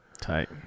Tight